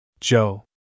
Joe